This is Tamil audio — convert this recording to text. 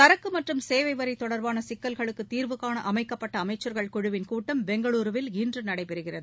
சரக்கு மற்றும் சேவை வரி தொடர்பான சிக்கல்களுக்கு தீர்வு காண அமைக்கப்பட்ட அமைச்சர்கள் குழுவின் கூட்டம் பெங்களுருவில் இன்று நடைபெறுகிறது